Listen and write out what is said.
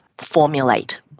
formulate